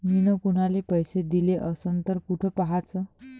मिन कुनाले पैसे दिले असन तर कुठ पाहाचं?